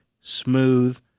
smooth